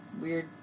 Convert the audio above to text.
weird